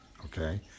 okay